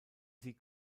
sie